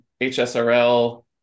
hsrl